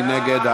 מי נגד?